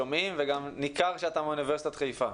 שומעים וגם ניכר שאתה מאוניברסיטת חיפה.